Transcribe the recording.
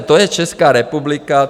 To je Česká republika.